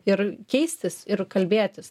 ir keistis ir kalbėtis